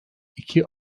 iki